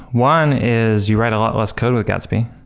one is you write a lot less code with gatsby,